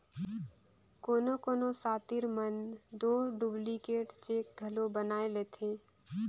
कोनो कोनो सातिर मन दो डुप्लीकेट चेक घलो बनाए लेथें